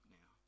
now